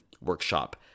workshop